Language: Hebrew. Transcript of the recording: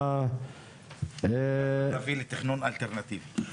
מהמרכז הערבי לתכנון אלטרנטיבי.